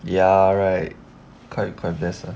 ya right correct correct yes err